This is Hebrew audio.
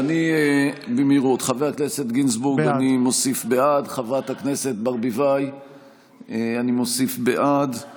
הצעת ועדת הכנסת בדבר הרכב ועדת